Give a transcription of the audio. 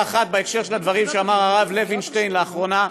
אחת בהקשר של הדברים שאמר הרב לוינשטיין לאחרונה,